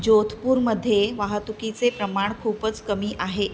जोधपूरमध्ये वाहतुकीचे प्रमाण खूपच कमी आहे